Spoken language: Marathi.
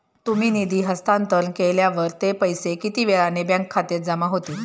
तुम्ही निधी हस्तांतरण केल्यावर ते पैसे किती वेळाने बँक खात्यात जमा होतील?